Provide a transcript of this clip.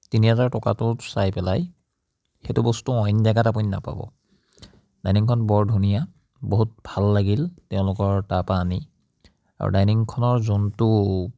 তিনি হাজাৰ টকাটো চাই পেলাই সেইটো বস্তু অইন জেগাত আপুনি নেপাব ডাইনিংখন বৰ ধুনীয়া বহুত ভাল লাগিল তেওঁলোকৰ তাৰ পৰা আনি আৰু ডাইনিংখনৰ যোনটো